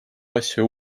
asju